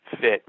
fit